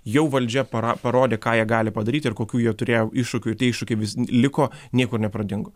jau valdžia para parodė ką jie gali padaryti ir kokių jie turėjo iššūkių ir tie iššūkiai vis liko niekur nepradingo